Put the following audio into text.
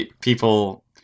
people